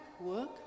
work